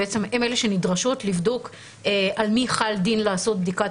שהן אלה שנדרשות לבדוק על מי חל הדין לעשות בדיקת